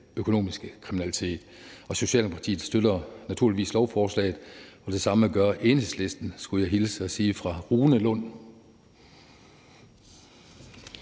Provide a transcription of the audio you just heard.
økonomiske kriminalitet. Socialdemokratiet støtter naturligvis lovforslaget, og det samme gør Enhedslisten, skulle jeg hilse og sige fra Rune Lund.